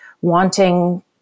wanting